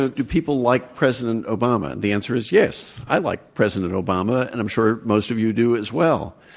ah do people like president obama. the answer is yes. i like president obama, and i'm sure most of you do as well.